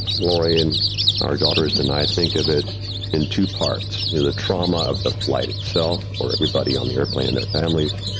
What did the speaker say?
lori and our daughters, and i think of it in two parts, the trauma of the flight itself, or everybody on the airplane in their families.